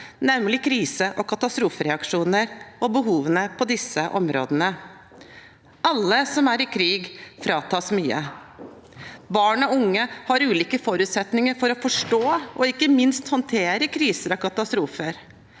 nemlig krise- og katastrofereaksjoner og behovene på disse områdene. Alle som er i krig, fratas mye. Barn og unge har ulike forutsetninger for å forstå og ikke minst håndtere kriser og katastrofer.